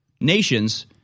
nations